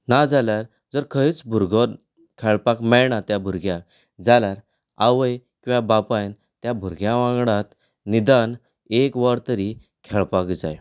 ना जाल्यार जर खंयच भुरगो खेळपाक मेळना त्या भुरग्याक जाल्यार आवयन किंवा बापायन त्या भुरग्या वांगडा निदान एक वर तरी खेळपाक जाय